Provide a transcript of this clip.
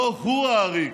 לא הוא העריק,